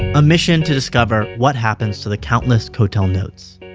a mission to discover what happens to the countless kotel notes.